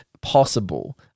possible